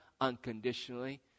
Unconditionally